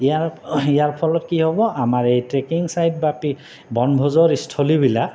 ইয়াৰ ইয়াৰ ফলত কি হ'ব আমাৰ এই ট্ৰেকিং ছাইট বা বনভোজৰ স্থলীবিলাক